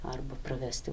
arba pravesti